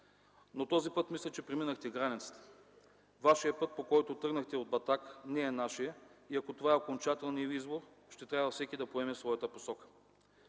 но този път мисля, че преминахте границата. Вашият път, по който тръгнахте от Батак, не е нашият и ако това е окончателният ви избор, ще трябва всеки да поеме своята посока.